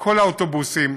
כל האוטובוסים.